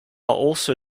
also